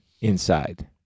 inside